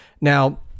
Now